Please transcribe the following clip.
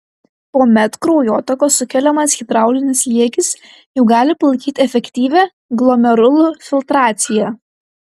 tuomet kraujotakos sukeliamas hidraulinis slėgis jau gali palaikyti efektyvią glomerulų filtraciją